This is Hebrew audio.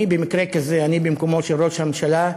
אני במקרה כזה, אני במקומו של ראש הממשלה,